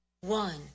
One